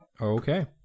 Okay